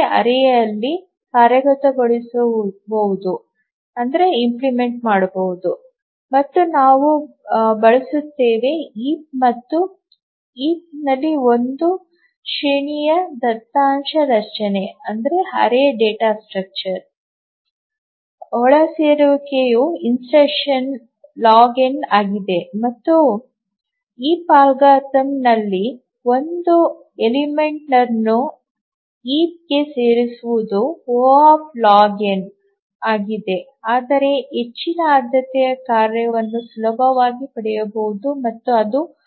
ಯಲ್ಲಿ ಕಾರ್ಯಗತಗೊಳಿಸಬಹುದು ಮತ್ತು ನಾವು ಬಳಸುತ್ತೇವೆ ರಾಶಿ ಮತ್ತು ರಾಶಿಯಲ್ಲಿ ಒಂದು ಶ್ರೇಣಿಯ ದತ್ತಾಂಶ ರಚನೆ ಒಳಸೇರಿಸುವಿಕೆಯು logn ಆಗಿದೆ ಮತ್ತು ರಾಶಿ ಅಲ್ಗಾರಿದಮ್ನಲ್ಲಿ ಒಂದು ಅಂಶವನ್ನು ರಾಶಿಗೆ ಸೇರಿಸುವುದು O ಆಗಿದೆ ಆದರೆ ಹೆಚ್ಚಿನ ಆದ್ಯತೆಯ ಕಾರ್ಯವನ್ನು ಸುಲಭವಾಗಿ ಪಡೆಯಬಹುದು ಮತ್ತು ಅದು O